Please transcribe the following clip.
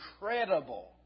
incredible